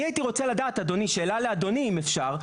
אני הייתי רוצה לדעת אדוני, שאלה אדוני אם אפשר,